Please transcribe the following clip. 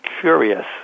curious